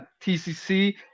TCC